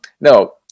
No